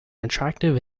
attractive